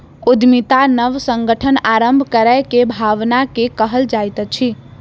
उद्यमिता नब संगठन आरम्भ करै के भावना के कहल जाइत अछि